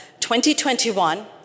2021